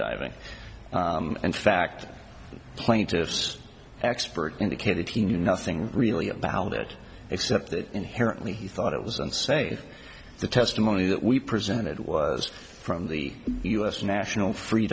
diving and fact plaintiffs expert indicated he knew nothing really about it except that inherently he thought it was unsafe the testimony that we presented was from the us national free